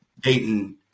Dayton